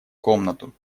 комнату